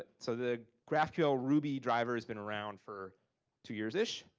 but so the graphql-ruby driver has been around for two yearsish,